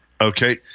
Okay